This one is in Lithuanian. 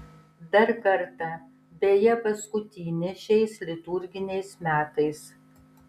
dar kartą beje paskutinį šiais liturginiais metais